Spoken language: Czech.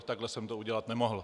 Takhle jsem to udělat nemohl.